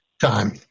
time